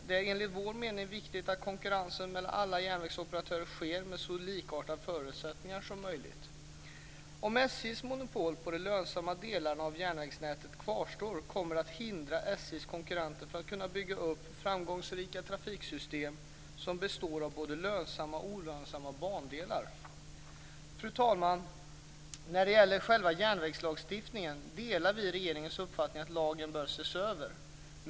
Det är enligt vår mening viktigt att konkurrensen mellan alla järnvägsoperatörer sker med så likartade förutsättningar som möjligt. Om SJ:s monopol på de lönsamma delarna av järnvägsnätet kvarstår kommer det att hindra SJ:s konkurrenter från att bygga upp framgångsrika trafiksystem som består av både lönsamma och olönsamma bandelar. Fru talman! När det gäller själva järnvägslagstiftningen delar vi regeringens uppfattning att lagen bör ses över.